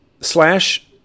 slash